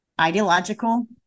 ideological